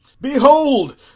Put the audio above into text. behold